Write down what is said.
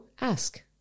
ask